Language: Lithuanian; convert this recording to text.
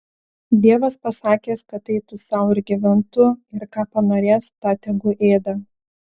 dievas pasakęs kad eitų sau ir gyventų ir ką panorės tą tegu ėda